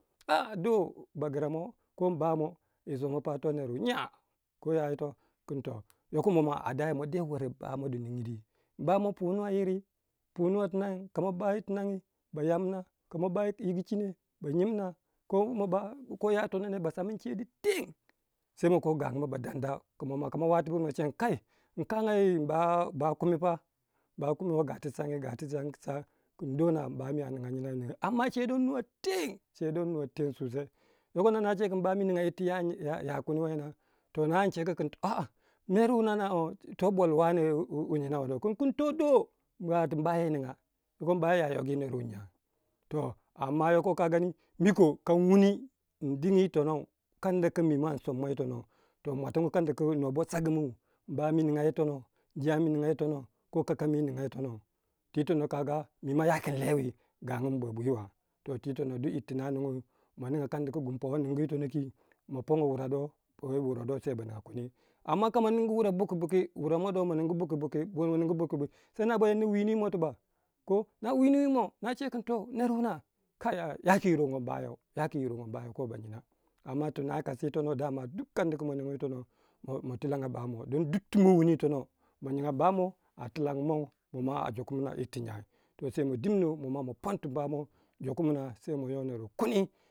Doh bagu ra mooh ko imba moh woh pa toh neru nya. Koyayitoh kin toh yoko momua a daya ma de wurei imba moh di ningi dwi. Umba mohpu nuwa yiri punuwa tina. kama ba yi tinagi ba yamna ka ma bai yigu chine ba nyim na kamo ba ko ya tonoh neh ba samna che du teng se ma koh gangu mo ba don dau mo mua kamo woh amna che kai inkanga yi umba kumi pha mba kumi who ga tu sange kun doh nah umbami ninga nye ama che di inuwa teng sosai dingin nor che ga tu umba mi ning yakundi wei nah yo nor an chegu kun kumi toh bole wane kun tun doh mboya ninga yoko mbaya ya youh gi neru nya toh yauko kagani miko can wuni indingi yitonou kan fo ku mi mua soma yitonou in muatingoi kanda ki no sagi mu mbami ninga yi tonou injami yi tonou ka kakami ninga yi tonou twi tonou mayakin lewei gangu ba bwi wa dun to non duk yir tu ne nungu wei ma nin ga kand ya ma ponga wuro do ba ninga kundin kama nin wure bu ki buri don ma nungu buki buki se noh ba yanna windi yi moh tuboh no windi yi moh noche kun her wuna yaku yirongo in bayoh ko boyinah am tu noh leosigu yi tana doma duk kanda ki momungu yi tonoh ma tulanga imba moh don dutu ma wuni ti tonoh ma nyinga inbamoh a tinalg mow mo nua a dukum na yir twi nyoy toh sei ma dimno ma pon tin imba moh sei ma yo neu kundi.